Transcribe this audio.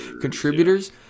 contributors